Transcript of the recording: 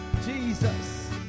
Jesus